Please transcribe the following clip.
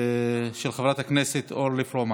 מס' 306 ו-293, של חברת הכנסת אורלי פרומן.